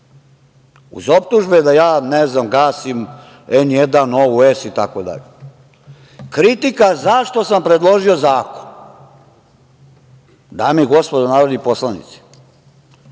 uz optužbe da ja, ne znam, gasim „N1“, „Novu S“, itd. Kritika zašto sam predložio zakon, dame i gospodo narodni poslanici,